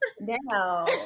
now